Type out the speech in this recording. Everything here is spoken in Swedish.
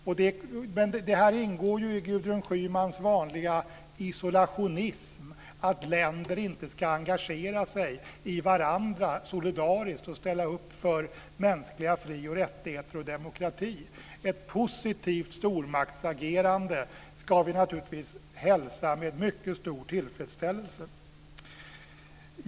Men det ingår ju i Gudrun Schymans vanliga isolationism att länder inte ska engagera sig solidariskt för varandra och ställa upp för mänskliga fri och rättigheter och demokrati. Ett positivt stormaktsagerande ska vi naturligtvis hälsa med mycket stor tillfredsställelse.